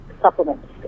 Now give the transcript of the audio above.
supplements